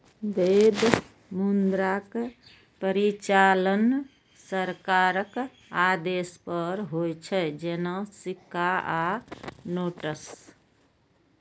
वैध मुद्राक परिचालन सरकारक आदेश पर होइ छै, जेना सिक्का आ नोट्स